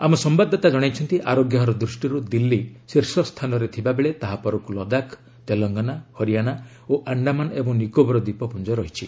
ଆମ ସମ୍ବାଦଦାତା ଜଣାଇଛନ୍ତି ଆରୋଗ୍ୟ ହାର ଦୃଷ୍ଟିରୁ ଦିଲ୍ଲୀ ଶୀର୍ଷସ୍ଥାନରେ ଥିବା ବେଳେ ତାହାପରକୁ ଲଦାଖ ତେଲଙ୍ଗାନା ହରିଆଣା ଓ ଆଶ୍ରାମାନ ଏବଂ ନିକୋବର ଦୀପପୁଞ୍ଜ ରହିଛି